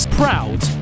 proud